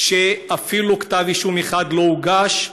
ואפילו כתב אישום אחד לא הוגש.